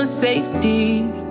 safety